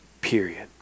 period